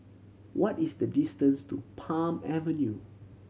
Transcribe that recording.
what is the distance to Palm Avenue